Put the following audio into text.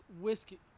whiskey